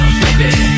baby